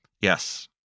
Yes